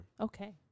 Okay